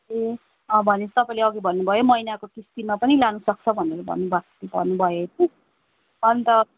ए अँ भने पछि तपाईँले अघि भन्नुभयो महिनाको किस्तीमा पनि लानु सक्छ भनेर भन्नुभाएको भन्नुभयो कि अन्त